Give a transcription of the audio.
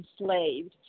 enslaved